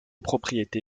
propriété